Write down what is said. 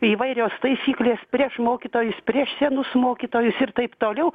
įvairios taisyklės prieš mokytojus prieš senus mokytojus ir taip toliau